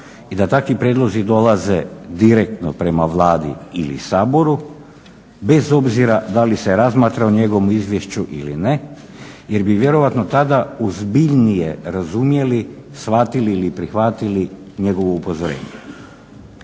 i da takvi prijedlozi dolaze direktno prema Vladi ili Saboru bez obzira da li se razmatra o njegovom izvješću ili ne jer bi vjerojatno tada ozbiljnije razumjeli, shvatili ili prihvatili njegovo upozorenje.